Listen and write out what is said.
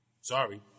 Sorry